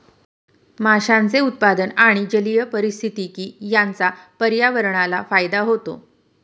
माशांचे उत्पादन आणि जलीय पारिस्थितिकी यांचा पर्यावरणाला फायदा होतो